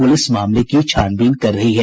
police मामले की छानबीन कर रही है